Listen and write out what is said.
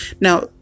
Now